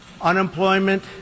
unemployment